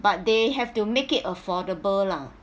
but they have to make it affordable lah